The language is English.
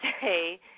say